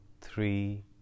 three